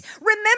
Remember